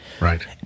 Right